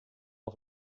auf